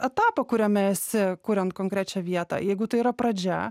etapo kuriame esi kuriant konkrečią vietą jeigu tai yra pradžia